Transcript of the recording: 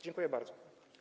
Dziękuję bardzo.